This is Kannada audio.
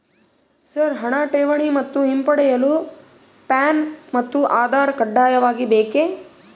ಸರ್ ಹಣ ಠೇವಣಿ ಮತ್ತು ಹಿಂಪಡೆಯಲು ಪ್ಯಾನ್ ಮತ್ತು ಆಧಾರ್ ಕಡ್ಡಾಯವಾಗಿ ಬೇಕೆ?